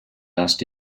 asked